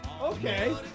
Okay